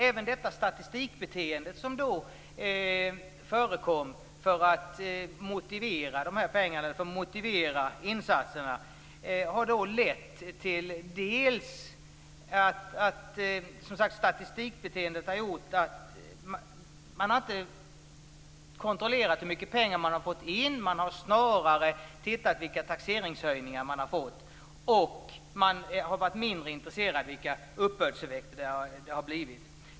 Även det statistikbeteende som då förekom för att motivera de här pengarna, insatserna, har lett till att statistikbeteendet, som sagt, gjort att man inte har kontrollerat hur mycket pengar som kommit in. Snarare har man tittat på vilka taxeringshöjningar man fått. Man har varit mindre intresserad av vilka uppbördsintäkter som det blivit.